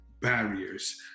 barriers